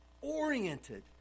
oriented